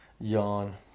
Yawn